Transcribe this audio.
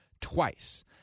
twice